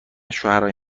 شوهرای